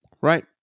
Right